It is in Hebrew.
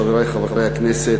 חברי חברי הכנסת,